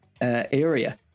area